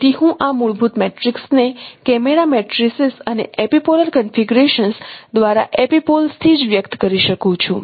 તેથી હું આ મૂળભૂત મેટ્રિક્સને કેમેરા મેટ્રિસીસ અને એપિપોલર કન્ફિગરેશન્સ દ્વારા એપિપોલ્સ થી જ વ્યક્ત કરી શકું છું